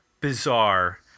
bizarre